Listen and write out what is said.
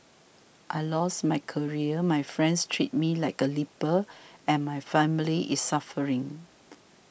I lost my career my friends treat me like a leper and my family is suffering